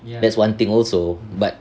that's one thing also but